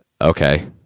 okay